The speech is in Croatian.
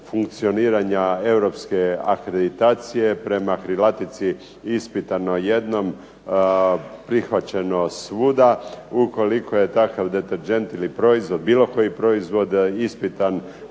funkcioniranja europske akreditacije prema krilatici ispitano jednom prihvaćeno svuda, ukoliko je takav deterdžent ili proizvod ispitan